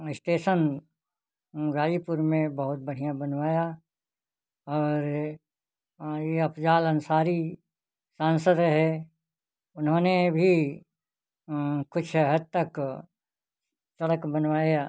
station Ghazipur में बहुत बढ़िया बनवाया और ये अफ़ज़ाल अंसारी सांसद रहे उन्होंने भी कुछ हद तक सड़क बनवाया